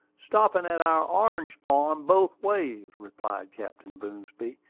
stoppin' at our orange farm both ways, replied captain boomsby,